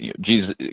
Jesus